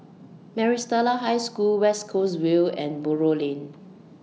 Maris Stella High School West Coast Vale and Buroh Lane